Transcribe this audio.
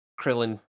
Krillin